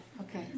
Okay